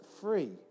free